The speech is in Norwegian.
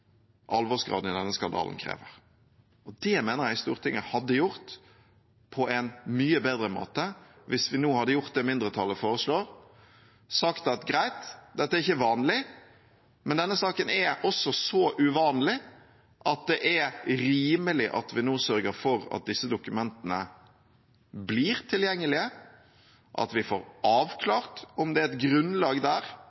alvorsgraden i denne skandalen krever. Det mener jeg Stortinget hadde gjort på en mye bedre måte hvis vi nå hadde gjort det som mindretallet foreslår, og sagt: Greit, dette er ikke vanlig, men denne saken er også så uvanlig at det er rimelig at vi nå sørger for at disse dokumentene blir tilgjengelige, at vi får